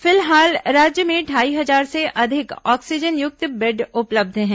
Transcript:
फिलहाल राज्य में ढाई हजार से अधिक ऑक्सीजनयुक्त बेड़ उपलब्ध हैं